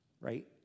Right